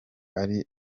ari